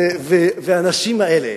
והאנשים האלה,